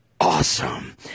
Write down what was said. Awesome